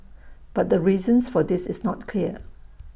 but the reasons for this is not clear